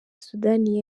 sudani